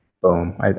boom